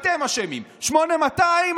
אתם אשמים, 8200?